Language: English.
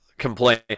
complain